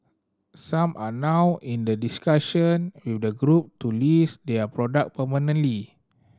some are now in the discussion with the Group to list their product permanently